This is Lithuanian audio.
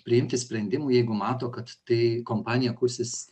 priimti sprendimų jeigu mato kad tai kompanija kursis